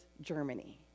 Germany